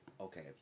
okay